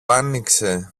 άνοιξε